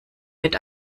mit